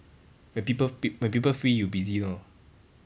when people peop~ when people free you busy lor